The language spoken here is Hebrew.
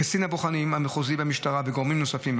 קצין הבוחנים המחוזי במשטרה וגורמים נוספים.